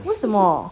为什么